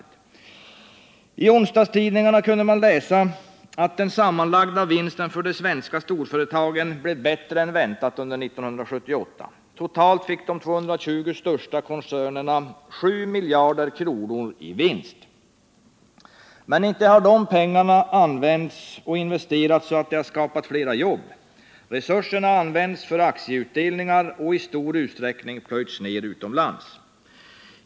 I onsdagstidningarna kunde man läsa att den sammanlagda vinsten för de svenska storföretagen under 1978 blev större än väntat. Totalt fick de 220 största koncernerna 7 miljarder kronor i vinst. Men inte har de pengarna använts eller investerats så att det kunnat skapas fler jobb. Resurserna har använts för aktieutdelningar och i stor utsträckning plöjts ner utomlands.